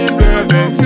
baby